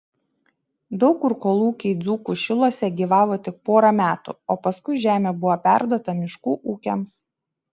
daug kur kolūkiai dzūkų šiluose gyvavo tik porą metų o paskui žemė buvo perduota miškų ūkiams